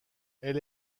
elle